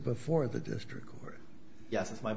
before the district court yes it's my